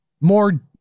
More